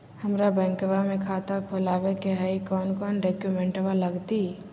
हमरा बैंकवा मे खाता खोलाबे के हई कौन कौन डॉक्यूमेंटवा लगती?